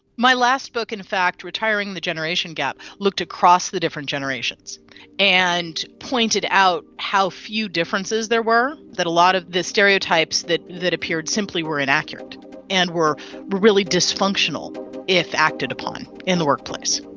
my last book in fact, retiring the generation gap, looked across the different generations and pointed out how few differences there were, that a lot of the stereotypes that that appeared simply were inaccurate and were really dysfunctional if acted upon in the workplace.